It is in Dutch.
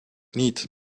niet